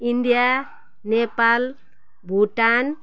India Nepal Bhutan